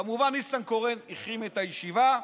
כמובן, ניסנקורן החרים את הישיבה,